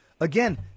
again